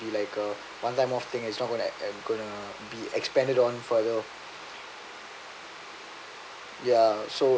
be like a one time of thing it's not going to going to be expanded on further ya so